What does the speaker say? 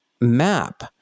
map